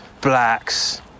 blacks